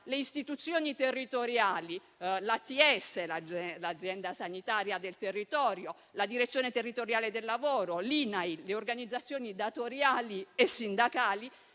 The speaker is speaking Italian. di tutela della salute (ATS), l'azienda sanitaria del territorio, la direzione territoriale del lavoro, l'INAIL e le organizzazioni datoriali e sindacali